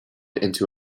into